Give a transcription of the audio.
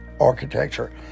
architecture